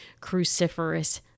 cruciferous